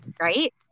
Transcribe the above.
right